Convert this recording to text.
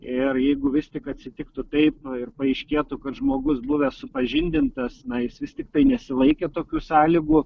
ir jeigu vis tik atsitiktų taip ir paaiškėtų kad žmogus buvęs supažindintas na jis vis tiktai nesilaikė tokių sąlygų